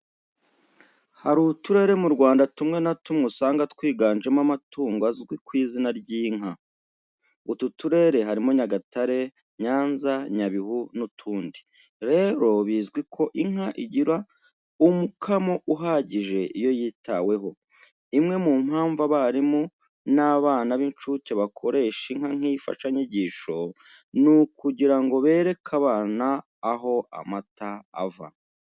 Hari uturere mu Rwanda tumwe na tumwe usanga twiganjemo amatungo azwi ku izina ry'inka. Utu turere harimo Nyagatare, Nyanza, Nyabihu n'utundi. Rero bizwi ko inka igira umukamo uhagije iyo yitaweho. Imwe mu mpamvu abarimu b'abana b'incuke bakoresha inka nk'imfashanyigisho ni ukugira ngo bereke abana aho amata ava.